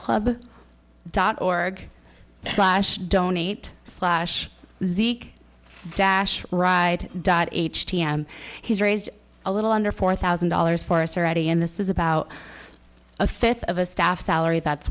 club dot org slash donate slash zeke dash ride dot h t m he's raised a little under four thousand dollars for a sorority and this is about a fifth of a staff salary that's